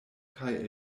kaj